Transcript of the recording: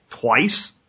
twice